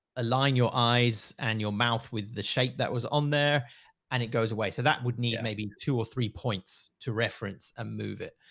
align your eyes and your mouth with the shape that was on there and it goes away. so that would need maybe two or three points to reference and move it.